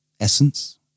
essence